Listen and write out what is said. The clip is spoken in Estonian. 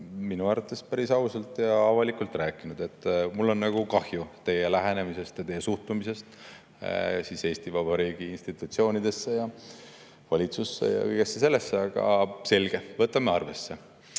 enda arvates päris ausalt ja avalikult rääkinud. Mul on kahju teie lähenemisest ja teie suhtumisest Eesti Vabariigi institutsioonidesse, valitsusse ja kõigesse sellesse. Aga selge, võtame arvesse. Teine